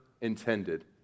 intended